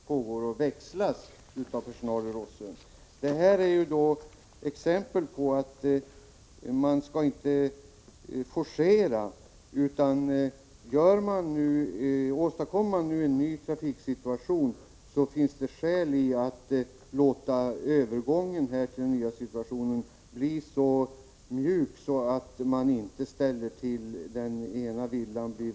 Lotterierna har stor betydelse för föreningslivet. Under senare år har den mycket stora ökningen av de statliga lotterierna inneburit att föreningslivet haft allt svårare att hävda sin sektor. Inte minst gäller detta marknadsföringen av lotterierna, där stora resurser satsas på de statliga lotterierna. Vägnätet är av utomordentligt stor betydelse för bl.a. den norrländska skogsindustrin. Behovet av standardförbättringar är stora. Samtidigt ställer den svaga svenska ekonomin krav på hårda prioriteringar.